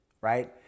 right